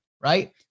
right